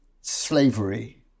slavery